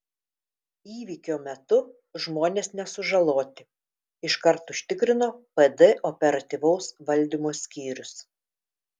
įvykio metu žmonės nesužaloti iškart užtikrino pd operatyvaus valdymo skyrius